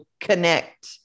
connect